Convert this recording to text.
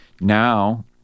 Now